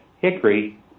hickory